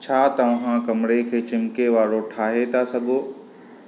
छा तव्हां कमिरे खे चिमिकेवारो ठाहे था सघो